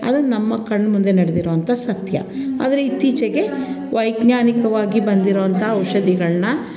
ಅದು ನಮ್ಮ ಕಣ್ಮುಂದೆ ನಡ್ದಿರುವಂಥ ಸತ್ಯ ಆದರೆ ಇತ್ತೀಚೆಗೆ ವೈಜ್ಞಾನಿಕವಾಗಿ ಬಂದಿರುವಂಥ ಔಷಧಿಗಳನ್ನ